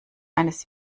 eines